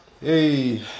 hey